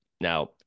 Now